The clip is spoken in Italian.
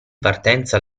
partenza